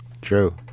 True